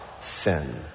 sin